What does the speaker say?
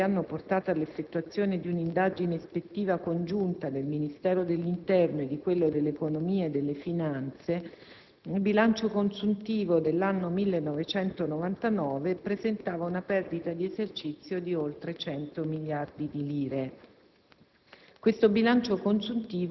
In merito poi alle vicende che hanno portato all'effettuazione di un'indagine ispettiva congiunta del Ministero dell'interno e di quello dell'economia e delle finanze, il bilancio consuntivo dell'anno 1999 presentava una perdita di esercizio di oltre 100 miliardi di lire.